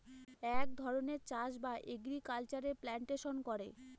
এক ধরনের চাষ বা এগ্রিকালচারে প্লান্টেশন করে